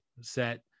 set